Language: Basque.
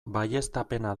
baieztapena